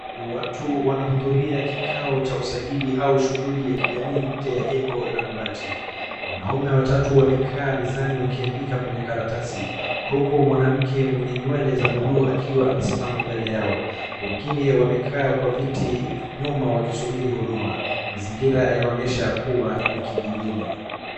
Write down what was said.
Watu wanahudhuria kikao cha usajili au shughuli ya kijamii nje ya jengo la mabati. Wanaume watatu wamekaa mezani wakiandika kwenye karatasi huku mwanamke mwenye nywele za buluu akiwa amesimama mbele yao. Wengine wamekaa kwa viti nyuma wakisubiri huduma. Mazingira yanaonyesha ya kuwa ni kijijini.